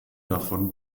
davon